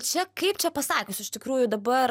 čia kaip čia pasakius iš tikrųjų dabar